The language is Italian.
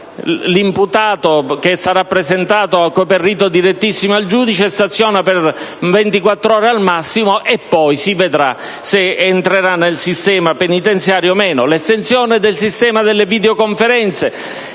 l'imputato, che sarà presentato con il rito direttissimo al giudice, staziona per 24 ore al massimo e poi si vedrà se entrerà nel sistema penitenziario o meno? Pensiamo all'estensione del sistema delle videoconferenze.